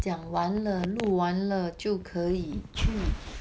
讲完了录完了就可以去